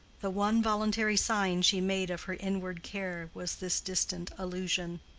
the one voluntary sign she made of her inward care was this distant allusion.